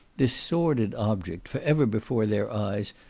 this sordid object, for ever before their eyes,